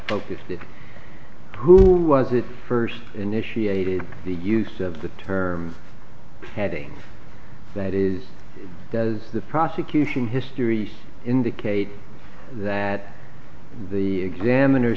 focused in who was it first initiated the use of the term heading that is does the prosecution histories indicate that the examiner